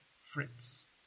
Fritz